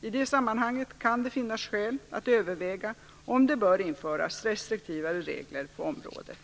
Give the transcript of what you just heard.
I det sammanhanget kan det finnas skäl att överväga om det bör införas restriktivare regler på området.